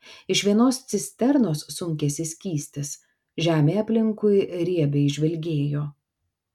iš vienos cisternos sunkėsi skystis žemė aplinkui riebiai žvilgėjo